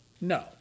No